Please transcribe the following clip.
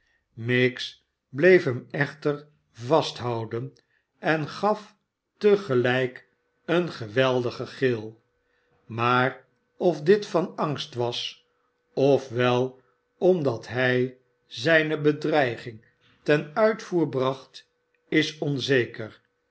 miggs bleef hem echter vasthouden en gaf te gelijk een geweldigen gil maar of dit van angst was of wel omdat hij zijne bedreiging ten uitvoer bracht is onzeker